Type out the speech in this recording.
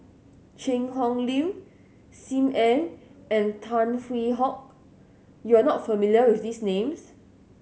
Cheang Hong Lim Sim Ann and Tan Hwee Hock you are not familiar with these names